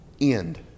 end